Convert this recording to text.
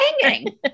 hanging